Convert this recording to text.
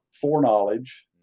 foreknowledge